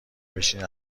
بشینین